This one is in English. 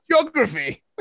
geography